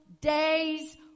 days